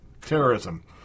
terrorism